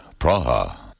Praha